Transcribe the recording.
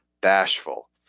Bashful